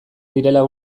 direla